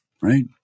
right